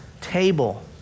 table